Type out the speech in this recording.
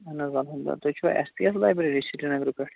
اَہَن حظ اَلحَمدل تُہۍ چھِوا ایس پی ایس لایبریری سری نگرٕ پٮ۪ٹھ